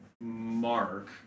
Mark